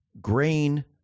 grain